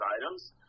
items